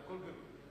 הכול גלוי,